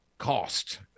cost